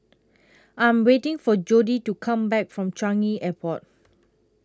I Am waiting For Jodie to Come Back from Changi Airport